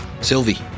Sylvie